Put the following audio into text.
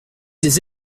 des